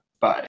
Bye